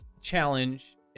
challenge